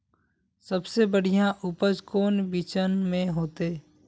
सबसे बढ़िया उपज कौन बिचन में होते?